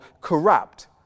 corrupt